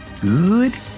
good